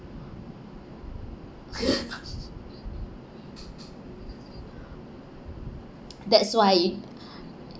that's why